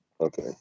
Okay